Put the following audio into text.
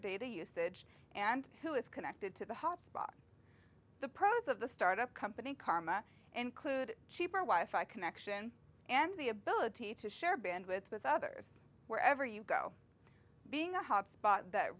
data usage and who is connected to the hot spot the pros of the start up company karma include cheaper wife i connection and the ability to share band with others wherever you go being a hotspot that